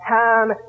time